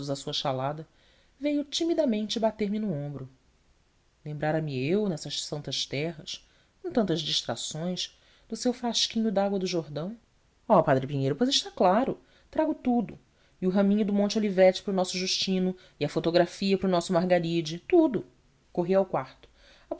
a sua chalada veio timidamente bater-me no ombro lembrara me eu nessas santas terras com tantas distrações do seu frasquinho de água do jordão oh padre pinheiro pois está claro trago tudo e o raminho do monte olivete para o nosso justino e a fotografia para o nosso margaride tudo corri ao quarto